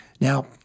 Now